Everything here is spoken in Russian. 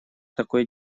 такой